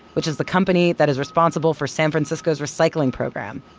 which is the company that is responsible for san francisco's recycling program.